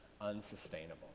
unsustainable